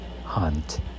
hunt